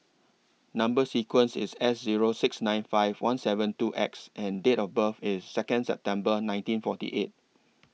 Number sequence IS S Zero six nine five one seven two X and Date of birth IS Second September nineteen forty eight